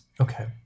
Okay